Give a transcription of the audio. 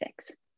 six